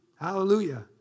Hallelujah